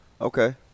Okay